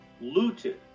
looted